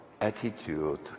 attitude